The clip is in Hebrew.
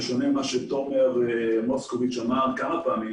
בשונה ממה שאמר תומר מוסקוביץ כמה פעמים